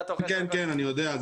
כן, כן, אני יודע.